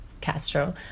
Castro